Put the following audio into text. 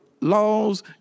laws